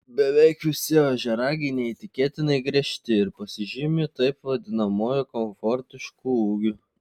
beveik visi ožiaragiai neįtikėtinai griežti ir pasižymi taip vadinamuoju komfortišku ūgiu